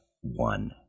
one